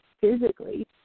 physically